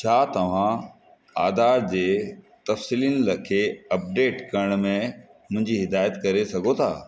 छा तव्हां आधार जे तफिसीलनि खे अपडेट करण में मुहिंजी हिदाइतु करे सघो था